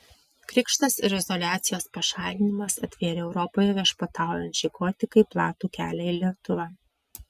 krikštas ir izoliacijos pašalinimas atvėrė europoje viešpataujančiai gotikai platų kelią į lietuvą